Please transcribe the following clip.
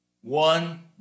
one